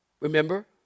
Remember